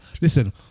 listen